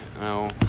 No